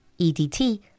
EDT